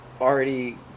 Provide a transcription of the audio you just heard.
already